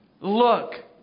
Look